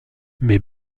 mais